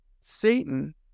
Satan